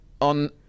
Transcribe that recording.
On